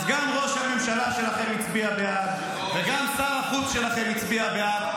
סגן ראש הממשלה שלכם הצביע בעד וגם שר החוץ שלכם הצביע בעד.